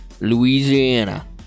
Louisiana